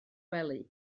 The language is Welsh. wely